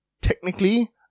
Technically